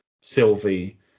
Sylvie